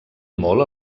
molt